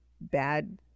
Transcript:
bad